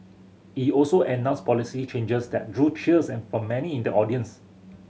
he also announced policy changes that drew cheers and for many in the audience